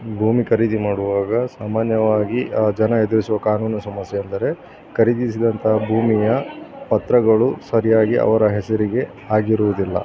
ಭೂಮಿ ಖರೀದಿ ಮಾಡುವಾಗ ಸಾಮಾನ್ಯವಾಗಿ ಜನ ಎದುರಿಸುವ ಕಾನೂನು ಸಮಸ್ಯೆ ಎಂದರೆ ಖರೀದಿಸಿದಂತ ಭೂಮಿಯ ಪತ್ರಗಳು ಸರಿಯಾಗಿ ಅವರ ಹೆಸರಿಗೆ ಆಗಿರುವುದಿಲ್ಲ